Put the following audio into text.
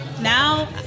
now